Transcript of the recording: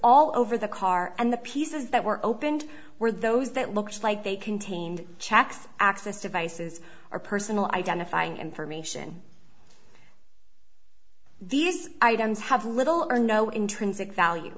all over the car and the pieces that were opened were those that looks like they contained checks access devices or personal identifying information these items have little or no intrinsic value